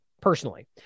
personally